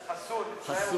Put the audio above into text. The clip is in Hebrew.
חסוּן.